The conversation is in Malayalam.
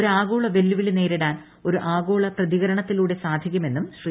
ഒരു ആഗോള വെല്ലുവിളി ന്റേരിട്ടാൻ ഒരു ആഗോള പ്രതികരണത്തിലൂടെ സാക്ഷിക്കു്മെന്നും ശ്രീ